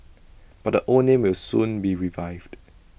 but the old name will soon be revived